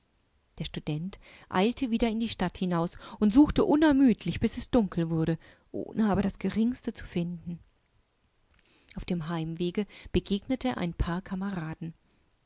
der student eilte wieder in die stadt hinaus und suchte unermüdlich bis es dunkel wurde ohne aber das geringste zu finden auf dem heimwege begegnete er ein paar kameraden